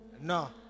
no